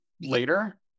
later